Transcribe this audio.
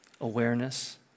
Awareness